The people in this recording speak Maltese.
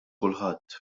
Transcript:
kulħadd